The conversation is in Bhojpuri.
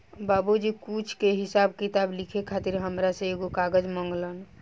बाबुजी कुछ के हिसाब किताब लिखे खातिर हामरा से एगो कागज मंगलन